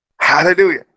hallelujah